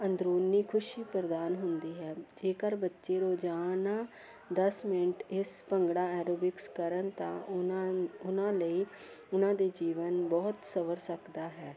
ਅੰਦਰੂਨੀ ਖੁਸ਼ੀ ਪ੍ਰਦਾਨ ਹੁੰਦੀ ਹੈ ਜੇਕਰ ਬੱਚੇ ਰੋਜ਼ਾਨਾ ਦਸ ਮਿੰਟ ਇਸ ਭੰਗੜਾ ਐਰੋਬਿਕਸ ਕਰਨ ਤਾਂ ਉਹਨਾਂ ਉਹਨਾਂ ਲਈ ਉਹਨਾਂ ਦੇ ਜੀਵਨ ਬਹੁਤ ਸਵਰ ਸਕਦਾ ਹੈ